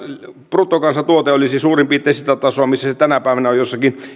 bruttokansantuote olisi suurin piirtein sitä tasoa missä se tänä päivänä on joissakin